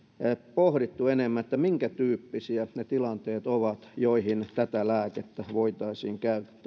pohdittu enemmän minkä tyyppisiä ne tilanteet ovat joihin tätä lääkettä voitaisiin käyttää